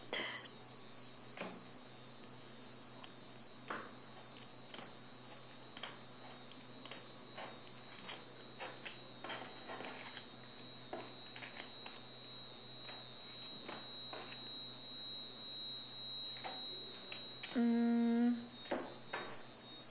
mm